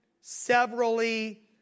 severally